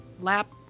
lap